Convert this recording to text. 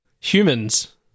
humans